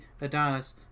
Adonis